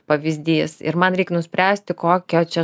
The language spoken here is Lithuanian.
pavyzdys ir man reik nuspręsti kokio čia